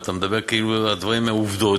ואתה מדבר כאילו הדברים הם עובדות,